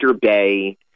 Bay